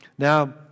Now